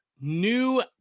new